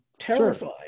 terrified